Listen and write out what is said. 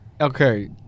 okay